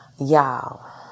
Y'all